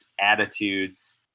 attitudes